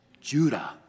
Judah